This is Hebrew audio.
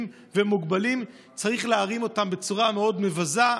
ומוגבלים שצריך להרים אותם בצורה מאוד מבזה,